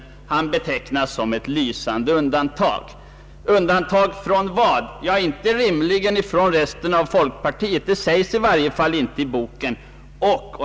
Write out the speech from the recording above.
Han betecknas alltså som ett lysande undantag. Frågan är: undantag från vad? Ja, inte rimligen från resten av folkpartiet — det sägs i varje fall inte i boken.